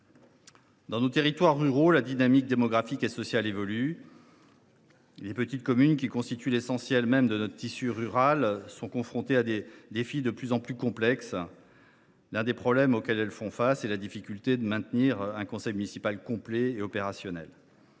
Dans nos territoires ruraux, la dynamique démographique et sociale évolue. Les petites communes, qui constituent l’essence même de notre tissu rural, sont confrontées à des défis de plus en plus complexes. L’un des problèmes auxquels elles font face est la difficulté à maintenir un conseil municipal complet et opérationnel